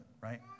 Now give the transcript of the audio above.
right